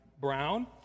brown